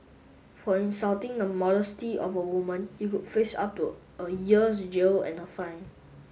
for insulting the modesty of a woman he could face up to a year's jail and a fine